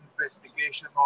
investigation